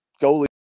goalie